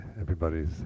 everybody's